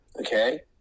Okay